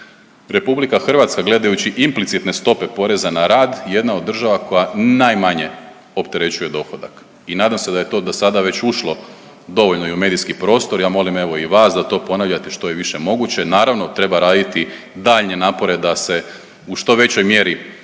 poreza na dohodak RH gledajući implicitne stope poreza na rad, jedna od država koja najmanje opterećuje dohodak. I nadam se da je to do sada već ušlo dovoljno i u medijski prostor. Ja molim evo i vas da to ponavljate što je više moguće. Naravno, treba raditi daljnje napore da se u što većoj mjeri